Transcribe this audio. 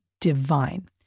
divine